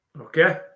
Okay